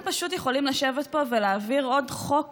תגידו, אתם פשוט יכולים לשבת פה ולהעביר עוד חוק